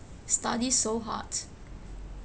study so hard